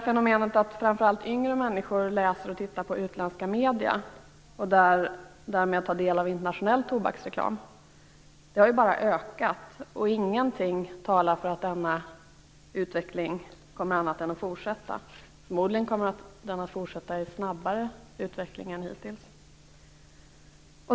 Fenomenet att framför allt yngre människor läser och tittar på utländska medier och därmed tar del av internationell tobaksreklam har ökat. Ingenting talar för att denna utveckling kommer att annat än fortsätta. Förmodligen kommer utvecklingen att gå snabbare än hittills.